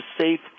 safe